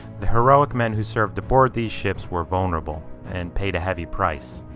the heroic men who served aboard these ships were vulnerable and paid a heavy price.